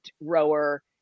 rower